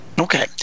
Okay